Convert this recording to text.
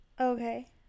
Okay